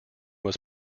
was